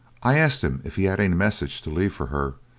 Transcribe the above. i asked him if he had any message to leave for her,